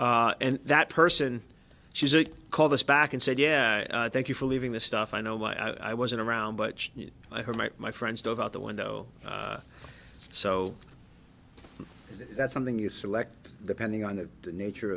and that person she called us back and said yeah thank you for leaving the stuff i know why i wasn't around but i heard my friends dove out the window so that's something you select depending on the nature